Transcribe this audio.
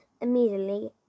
Immediately